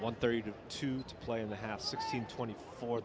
one thirty to two to play in the half sixteen twenty four